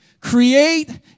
Create